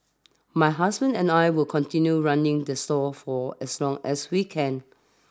my husband and I will continue running the stall for as long as we can